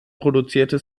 produzierte